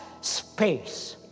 space